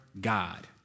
God